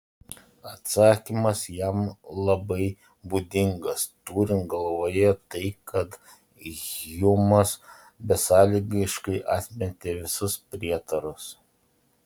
atsakymas jam labai būdingas turint galvoje tai kad hjumas besąlygiškai atmetė visus prietarus